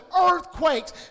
earthquakes